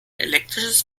elektrisches